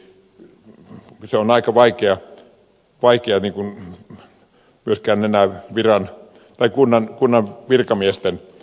myöskin kunnan virkamiesten on enää aika vaikea vaikeiden kuin pelkkä mennään viran tai kunnan kunnan virkamiesten